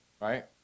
right